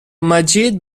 مجید